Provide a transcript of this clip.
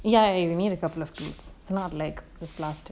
ya if you need a couple of goods it's not like it's plastic